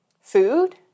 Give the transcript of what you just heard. food